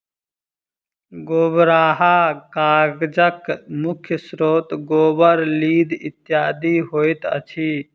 गोबराहा कागजक मुख्य स्रोत गोबर, लीद इत्यादि होइत अछि